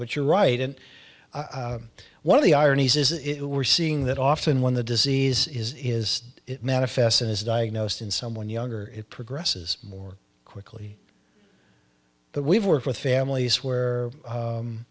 but you're right and one of the ironies is it we're seeing that often when the disease is it manifests and is diagnosed in someone younger it progresses more quickly that we've worked with families where